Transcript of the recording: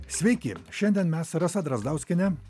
sveiki šiandien mes rasa drazdauskienė